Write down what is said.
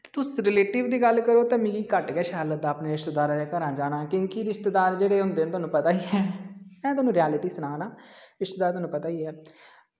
तुस रिलेटिव दी गल्ल करो ते मिगी घट्ट गै शैल लगदा अपने रिश्तेदारें दे घरें जाना क्योंकि रिश्तेदार जेह्ड़े होंदे थाह्नू पता ई ऐ में थाह्नू रियाल्टी सना नां रिश्तेदार थाह्नू पता ई ऐ